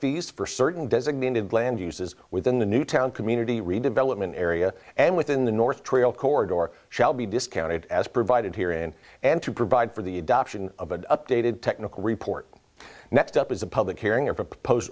for certain designated land uses within the newtown community redevelopment area and within the north trail chord or shall be discounted as provided here in and to provide for the adoption of an updated technical report next up is a public hearing